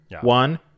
One